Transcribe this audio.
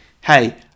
hey